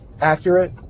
accurate